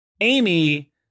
Amy